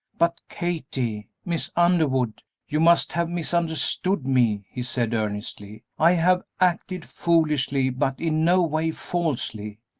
but, kathie miss underwood you must have misunderstood me, he said, earnestly. i have acted foolishly, but in no way falsely.